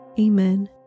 Amen